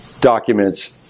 documents